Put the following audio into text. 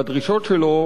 והדרישות שלו,